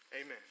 Amen